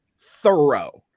thorough